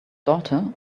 daughter